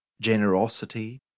generosity